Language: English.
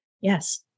Yes